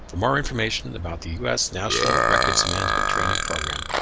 more information about the u s. national records management training program,